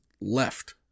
left